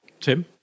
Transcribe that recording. Tim